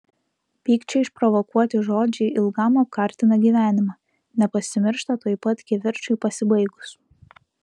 pykčio išprovokuoti žodžiai ilgam apkartina gyvenimą nepasimiršta tuoj pat kivirčui pasibaigus